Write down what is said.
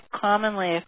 commonly